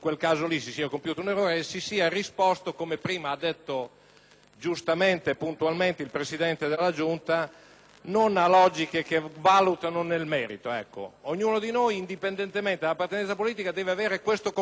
prima puntualmente il Presidente della Giunta - a logiche che valutino nel merito. Ognuno di noi, indipendentemente dall'appartenenza politica, deve tenere questo comportamento, nella Giunta e in quest'Aula, quando si affrontano questioni di questo tipo.